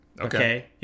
Okay